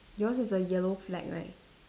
yours is a yellow flag right